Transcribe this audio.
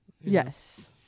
yes